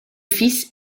fils